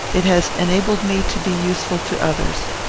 it has enabled me to be useful to others.